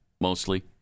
mostly